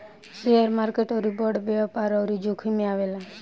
share market अउरी बड़ व्यापार अउरी जोखिम मे आवेला